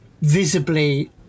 visibly